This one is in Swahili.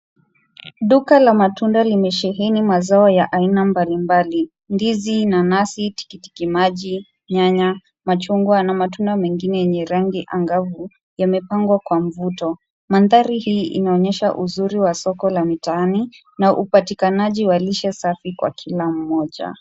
Duka la matunda limesheni mazao ya aina mbali mbali. Ndizi, nanasi, tikitimaji, nyanya , machungwa na matunda mengine yenye rangi angavu, yamepangwa kwa mvuto. Mandhari hii inaonyesha uzuri wa soko la mitaani na upatikanaji wa lishe safi kwa kila mmoja.